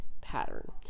pattern